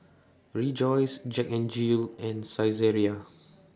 Rejoice Jack N Jill and Saizeriya